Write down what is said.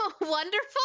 Wonderful